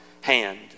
hand